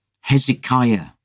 Hezekiah